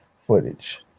footage